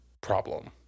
problem